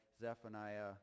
Zephaniah